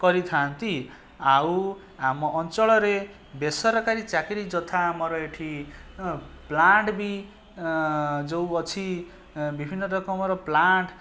କରିଥାନ୍ତି ଆଉ ଆମ ଅଞ୍ଚଳରେ ବେସରକାରୀ ଚାକିରି ଯଥା ଆମର ଏଠି ପ୍ଳାଣ୍ଟ ବି ଯେଉଁ ଅଛି ବିଭିନ୍ନ ରକମର ପ୍ଳାଣ୍ଟ